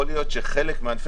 של ענפי